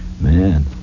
Man